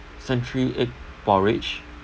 century egg porridge